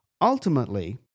Ultimately